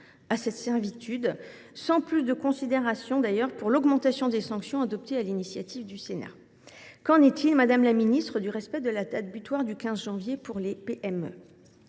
de cette servitude, sans plus de considération pour l’alourdissement des sanctions adopté sur l’initiative du Sénat. Qu’en est il, madame la ministre, du respect de la date butoir du 15 janvier pour les PME ?